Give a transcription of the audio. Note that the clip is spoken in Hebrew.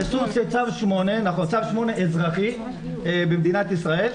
זה סוג של צו 8 אזרחי במדינת ישראל.